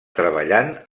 treballant